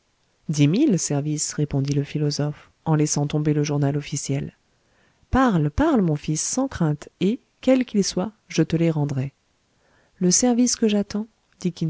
mille services répondit le philosophe en laissant tomber le journal officiel parle parle mon fils sans crainte et quels qu'ils soient je te les rendrai le service que j'attends